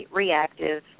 reactive